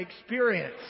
experience